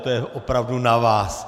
To je opravdu na vás.